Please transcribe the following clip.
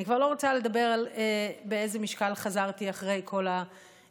אני כבר לא רוצה לומר באיזה משקל חזרתי אחרי כל האוכל